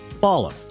follow